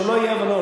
שלא יהיו אי-הבנות.